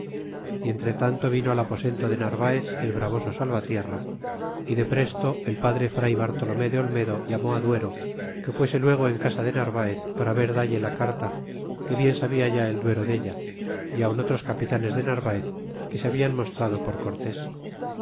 tretanto vino al aposento de narvaez el bravoso salvatierra y depresto el padre fray bartolomé de olmedo llamó á duero que fuese luego en casa del narvaez para ver dalle la carta que bien sabia ya el duero della y aun otros capitanes de narvaez que se hablan mostrado por cortés